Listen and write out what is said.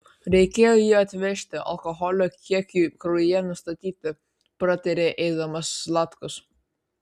reikėjo jį atvežti alkoholio kiekiui kraujyje nustatyti pratarė eidamas zlatkus